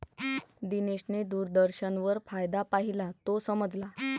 दिनेशने दूरदर्शनवर फायदा पाहिला, तो समजला